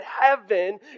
heaven